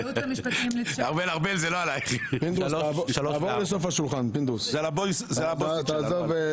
ארבל, זה לא עלייך, זה לבוסית שלך.